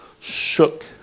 shook